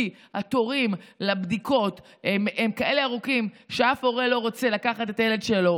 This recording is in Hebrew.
כי התורים לבדיקות הם כאלה ארוכים שאף הורה לא רוצה לקחת את הילד שלו